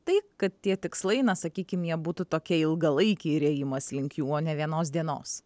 taip kad tie tikslai na sakykim jie būtų tokie ilgalaikiai ir ėjimas link jų o ne vienos dienos